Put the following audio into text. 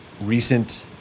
recent